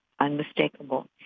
unmistakable